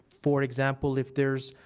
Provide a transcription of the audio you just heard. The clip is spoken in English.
for an example, if there's